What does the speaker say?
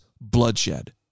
bloodshed